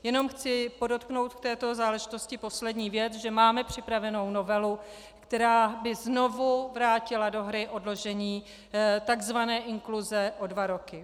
Jenom chci podotknout v této záležitosti poslední věc, že máme připravenou novelu, která by znovu vrátila do hry odložení takzvané inkluze o dva roky.